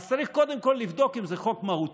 אז צריך קודם כול לבדוק אם זה חוק מהותי.